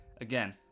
Again